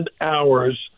hours